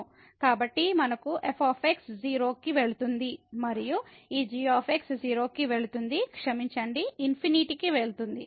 కాబట్టి మనకు f 0 కి వెళుతుంది మరియు ఈ g 0 కి వెళుతుంది క్షమించండి ∞ కి వెళుతుంది